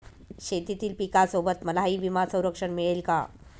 शेतीतील पिकासोबत मलाही विमा संरक्षण मिळेल का?